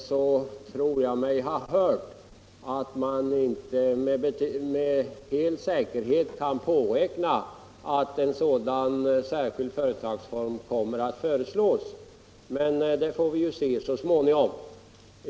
Men tyvärr tycker jag mig ha hört att man inte med säkerhet kan påräkna att en sådan särskild företagsform kommer att föreslås. Det får vi ju se så småningom.